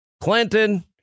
Clinton